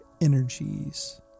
energies